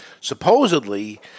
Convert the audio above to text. Supposedly